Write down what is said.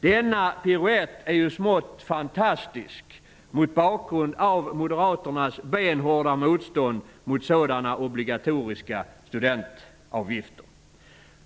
Denna piruett är ju smått fantastisk mot bakgrund av moderaternas benhårda motstånd mot sådana obligatoriska studentavgifter.